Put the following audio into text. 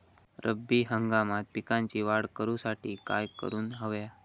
रब्बी हंगामात पिकांची वाढ करूसाठी काय करून हव्या?